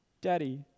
daddy